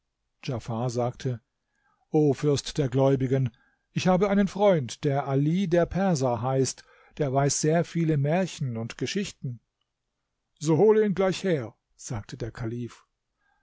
sagte o fürst der gläubigen ich habe einen freund der ali der perser heißt der weiß sehr viele märchen und geschichten so hole ihn gleich her sagte der kalif